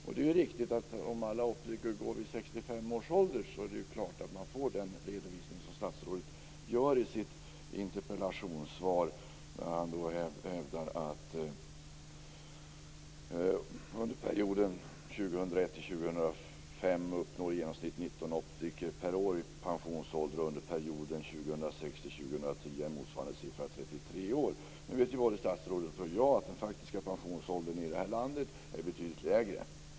Om alla optiker går vid 65 års ålder får man mycket riktigt den redovisning som statsrådet gör i sitt interpellationssvar, där han hävdar att under perioden 2001 2005 uppnår i genomsnitt 19 optiker per år pensionsåldern. Under perioden 2006-2010 är motsvarande siffra 33 per år. Nu vet både statsrådet och jag att den faktiska pensionsåldern i det här landet är betydligt lägre.